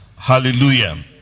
Hallelujah